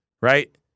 Right